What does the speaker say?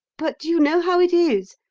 but you know how it is.